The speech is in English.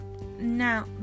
Now